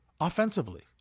offensively